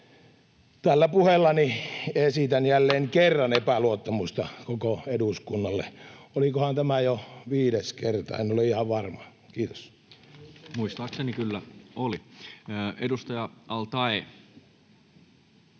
Tällä puheellani esitän jälleen kerran epäluottamusta koko eduskunnalle — olikohan tämä jo viides kerta, en ole ihan varma. — Kiitos. Muistaakseni kyllä oli. — Edustaja al-Taee,